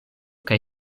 kaj